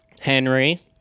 Henry